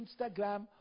Instagram